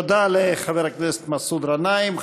תודה לחבר הכנסת מסעוד גנאים.